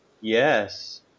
Yes